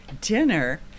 Dinner